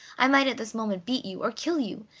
i might at this moment beat you, or kill you,